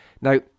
Now